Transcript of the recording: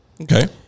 okay